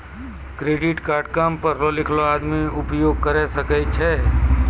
Credit card काम पढलो लिखलो आदमी उपयोग करे सकय छै?